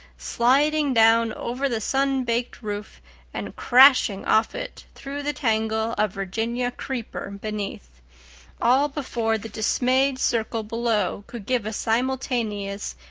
sliding down over the sun-baked roof and crashing off it through the tangle of virginia creeper beneath all before the dismayed circle below could give a simultaneous,